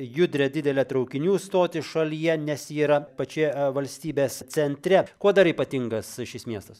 judrią didelę traukinių stotį šalyje nes ji yra pačioje valstybės centre kuo dar ypatingas šis miestas